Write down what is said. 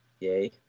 Yay